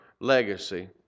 legacy